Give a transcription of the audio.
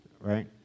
right